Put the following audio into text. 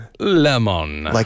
Lemon